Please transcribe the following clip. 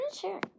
sure